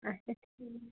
اَچھا ٹھیٖک